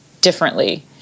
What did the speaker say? differently